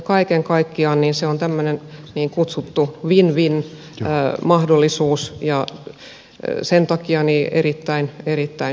kaiken kaikkiaan se on tämmöinen niin kutsuttu win win mahdollisuus ja sen takia erittäin hyvä hanke